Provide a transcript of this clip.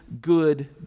good